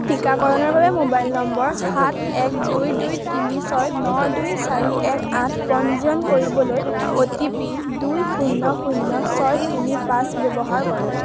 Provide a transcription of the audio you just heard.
টীকাকৰণৰ বাবে mobile number সাত এক দুই দুই তিনি ছয় ন দুই চাৰি এক আঠ পঞ্জীয়ন কৰিবলৈ অ' টি পি দুই শূন্য শূন্য ছয় তিনি পাঁচ ব্যৱহাৰ কৰক